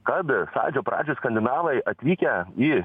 kad sąjūdžio pradžioj skandinavai atvykę į